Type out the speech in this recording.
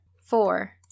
Four